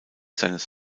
seines